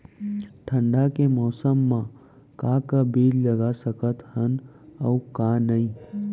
ठंडा के मौसम मा का का बीज लगा सकत हन अऊ का नही?